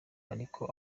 ariko